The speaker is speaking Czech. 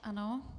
Ano.